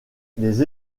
des